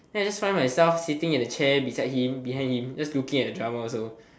then I just find myself sitting in a chair beside him behind him just looking at the drama also